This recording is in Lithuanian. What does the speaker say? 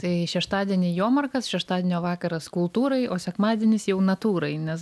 tai šeštadienį jomarkas šeštadienio vakaras kultūrai o sekmadienis jau natūrai nes